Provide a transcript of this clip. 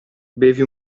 bevi